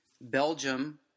Belgium